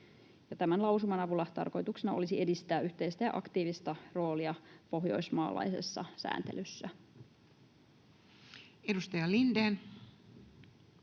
Tämän lausuman avulla tarkoituksena olisi edistää yhteistä ja aktiivista roolia pohjoismaalaisessa sääntelyssä. Edustaja Lindén.